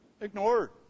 Ignored